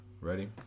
Ready